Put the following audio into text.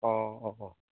অঁ অঁ অঁ